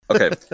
Okay